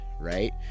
right